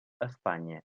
espanya